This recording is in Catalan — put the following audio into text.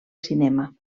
cinema